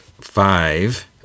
five